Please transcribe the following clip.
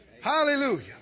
Hallelujah